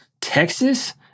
Texas